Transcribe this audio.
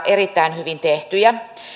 erittäin hyvin tehtyjä